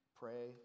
pray